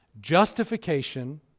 Justification